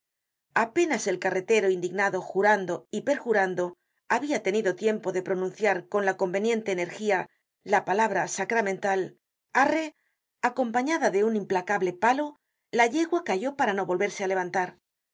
apenas el carretero indignado jurando y perjurando habia tenido tiempo de pronunciar con la conveniente energía la palabra sacramental arré acompañada de un implacable palo la yegua cayó para no volverse á levantar al